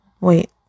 wait